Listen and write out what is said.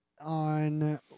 on